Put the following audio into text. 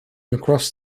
across